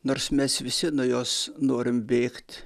nors mes visi nuo jos norim bėgt